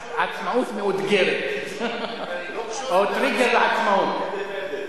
"עצמאות מאותגרת" או "טריגר עצמאות".